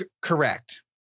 Correct